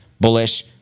bullish